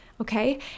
okay